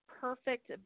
perfect